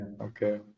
Okay